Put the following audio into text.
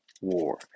war